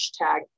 hashtag